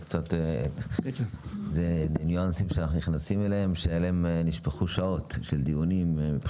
אלה ניואנסים שעליהם היו שעות של דיונים.